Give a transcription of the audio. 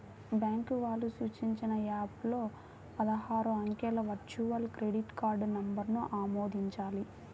bank వాళ్ళు సూచించిన app లో పదహారు అంకెల వర్చువల్ క్రెడిట్ కార్డ్ నంబర్ను ఆమోదించాలి